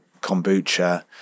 kombucha